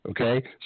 Okay